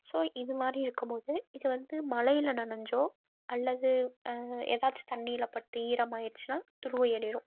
so இது மாதிரி இருக்கும்போது இது வந்து மழையில் நனைஞ்சோ அல்லது எதாச்சு தண்ணியில் பட்டு ஈரம் ஆயிடுச்சினா துரு ஏறிடும்